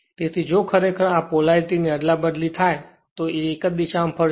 તેથી જો ખરેખર આ પોલારીટી ની અદલાબદલી થાય તો તે એક જ દિશામાં ફરશે